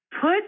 put